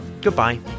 Goodbye